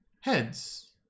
Heads